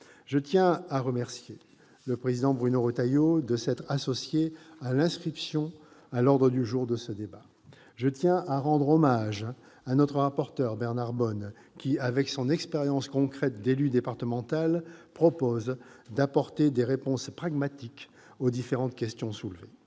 Je tiens à remercier le président Bruno Retailleau de s'être associé à l'inscription de ce débat à l'ordre du jour de notre assemblée. Je tiens à rendre hommage à notre rapporteur Bernard Bonne qui, avec son expérience concrète d'élu départemental, propose d'apporter des réponses pragmatiques aux différentes questions soulevées.